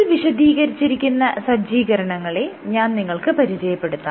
ഇതിൽ വിശദീകരിച്ചിരിക്കുന്ന സജ്ജീകരണങ്ങളെ ഞാൻ നിങ്ങൾക്ക് പരിചയപ്പെടുത്താം